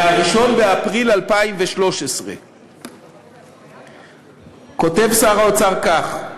מ-1 באפריל 2013. כותב שר האוצר כך,